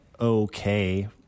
okay